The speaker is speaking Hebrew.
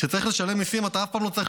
כשצריך לשלם מיסים אתה אף פעם לא צריך